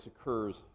occurs